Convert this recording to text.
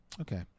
Okay